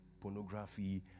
pornography